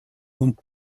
und